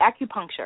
acupuncture